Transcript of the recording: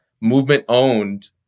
movement-owned